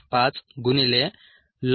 10